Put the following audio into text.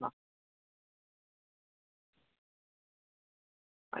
ആ ആ